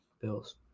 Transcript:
Bills